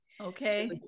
Okay